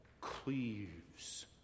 cleaves